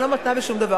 אני לא מתנה בשום דבר.